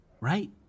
right